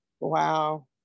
Wow